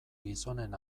gizonen